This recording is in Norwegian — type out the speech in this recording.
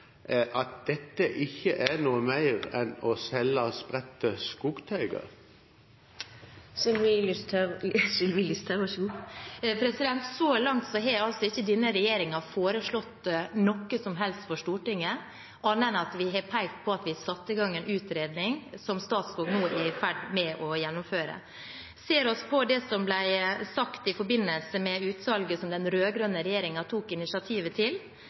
at dette ikke er noe mer enn å selge spredte skogteiger? Så langt har ikke denne regjeringen foreslått noe som helst for Stortinget, vi har bare pekt på at vi har satt i gang en utredning som Statskog nå er i ferd med å gjennomføre. Ser vi på det som ble sagt i forbindelse med utsalget som den rød-grønne regjeringen tok initiativet til,